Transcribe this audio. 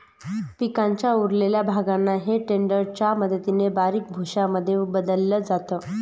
पिकाच्या उरलेल्या भागांना हे टेडर च्या मदतीने बारीक भुसा मध्ये बदलल जात